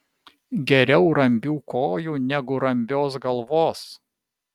geriau rambių kojų negu rambios galvos